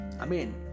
Amen